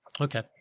Okay